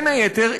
בין היתר,